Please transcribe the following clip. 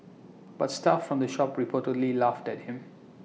but staff from the shop reportedly laughed at him